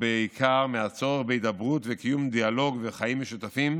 ובעיקר מהצורך בהידברות וקיום דיאלוג וחיים משותפים